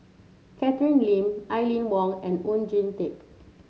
Catherine Lim Aline Wong and Oon Jin Teik